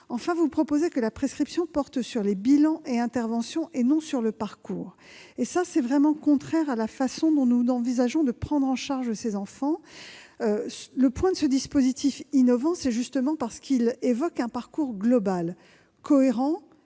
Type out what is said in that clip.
enfin, proposé que la prescription porte sur les bilans et interventions, et non sur le parcours. Une telle disposition est vraiment contraire à la façon dont nous envisageons de prendre en charge ces enfants. Le point innovant du dispositif, c'est justement qu'il évoque un parcours global, cohérent